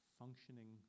functioning